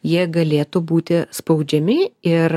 jie galėtų būti spaudžiami ir